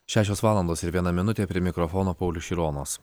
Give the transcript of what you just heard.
šešios valandos ir viena minutė prie mikrofono paulius šironas